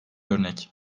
örnek